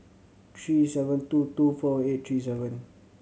three seven two two four eight three seven